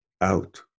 out